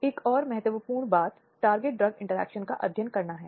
अब यह बलात्कार शब्द का क्या मतलब है